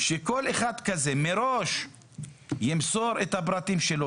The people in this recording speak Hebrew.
שכל אחד כזה מראש ימסור את הפרטים לגביו,